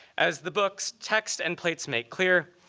as the book's text and plates make clear,